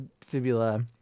fibula